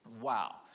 Wow